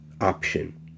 option